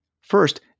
First